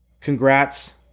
congrats